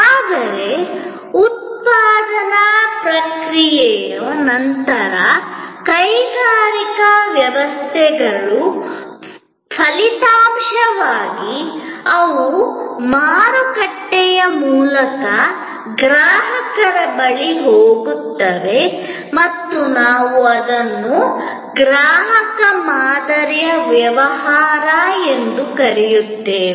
ಆದರೆ ಉತ್ಪಾದನಾ ಪ್ರಕ್ರಿಯೆಯ ನಂತರ ಕೈಗಾರಿಕಾ ವ್ಯವಸ್ಥೆಗಳು ಫಲಿತಾಂಶವಾಗಿ ಅವು ಮಾರುಕಟ್ಟೆಯ ಮೂಲಕ ಗ್ರಾಹಕರ ಬಳಿಗೆ ಹೋಗುತ್ತವೆ ಮತ್ತು ನಾವು ಅದನ್ನು ಗ್ರಾಹಕ ಮಾದರಿಯ ವ್ಯವಹಾರ ಎಂದು ಕರೆಯುತ್ತೇವೆ